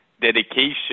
dedication